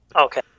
Okay